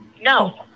no